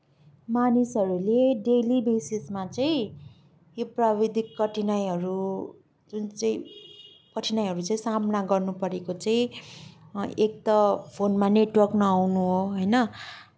मानिसहरूले डेली बेसिसमा चाहिँ यो प्रविधिक कठिनाइहरू जुन चाहिँ कठिनाइहरू चाहिँ सामना गर्नुपरेको चाहिँ एक त फोनमा नेटवर्क नआउनु हो होइन